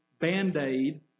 band-aid